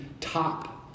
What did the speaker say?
top